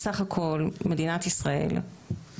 ויש לנו מספיק סטודנטים חזקים בשביל לעשות את זה,